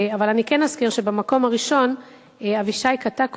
ואני כן אזכיר שבמקום הראשון אבישי קטקו,